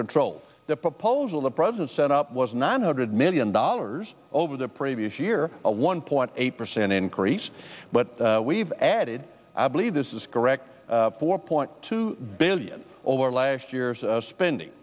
control the proposal the president set up was nine hundred million dollars over the previous year a one point eight percent increase but we've added i believe this is correct four point two billion over last year's spending